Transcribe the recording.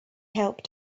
helped